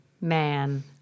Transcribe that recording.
man